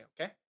Okay